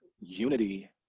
unity